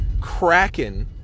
kraken